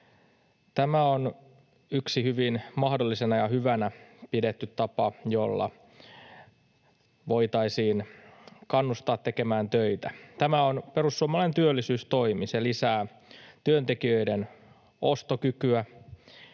Tämä on yksi hyvin mahdollisena ja hyvänä pidetty tapa, jolla voitaisiin kannustaa tekemään töitä. Tämä on perussuomalainen työllisyystoimi. Se lisää työntekijöiden ostokykyä